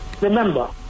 Remember